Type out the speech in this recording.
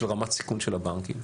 בשביל רמת סיכון של הבנקים.